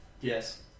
yes